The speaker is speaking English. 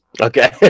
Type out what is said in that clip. Okay